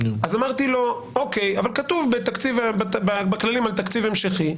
אמרתי לו שכתוב בכללים על תקציב המשכי,